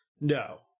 No